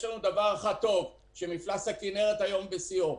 יש לנו דבר אחד טוב: שמפלס הכינרת היום בשיאו.